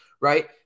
right